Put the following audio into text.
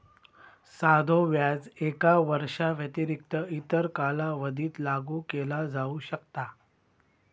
साधो व्याज एका वर्षाव्यतिरिक्त इतर कालावधीत लागू केला जाऊ शकता